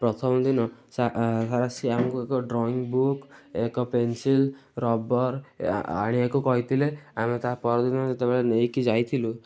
ପ୍ରଥମ ଦିନ ଆସି ଆମକୁ ଏକ ଡ୍ରଇଁ ବୁକ୍ ଏକ ପେନସିଲ୍ ରବର୍ ଆଣିବାକୁ କହିଥିଲେ ଆମେ ତା'ପରଦିନ ଯେତେବେଳେ ନେଇକି ଯାଇଥିଲୁ